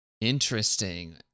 Interesting